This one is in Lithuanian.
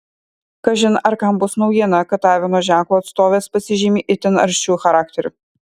kažin ar kam bus naujiena kad avino ženklo atstovės pasižymi itin aršiu charakteriu